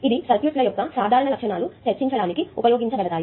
ఇది సర్క్యూట్ల యొక్క సాధారణ లక్షణాలు చర్చించడానికి ఇది ఉపయోగించబడతాయి